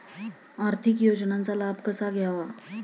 आर्थिक योजनांचा लाभ कसा घ्यावा?